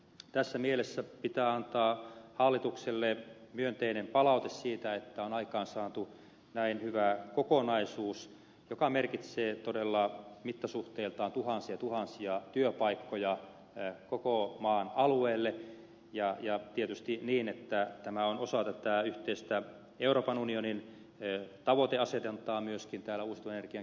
tässä mielessä pitää antaa hallitukselle myönteinen palaute siitä että on aikaansaatu näin hyvä kokonaisuus joka merkitsee todella mittasuhteiltaan tuhansia ja tuhansia työpaikkoja koko maan alueelle ja tietysti niin että tämä on osa tätä yhteistä euroopan unionin tavoiteasetantaa myöskin täällä uusiutuvan energian käytössä